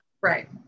Right